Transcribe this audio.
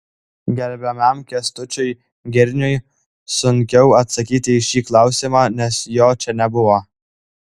gerbiamam kęstučiui girniui sunkiau atsakyti į šį klausimą nes jo čia nebuvo